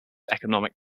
economic